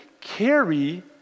carry